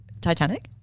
Titanic